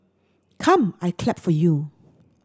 come I clap for you